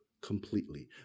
completely